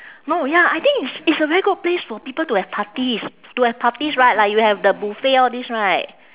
no ya I think it's it's a very good place for people to have parties to have parties right like you have the buffet all these right